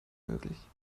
möglich